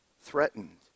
threatened